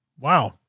Wow